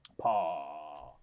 Pa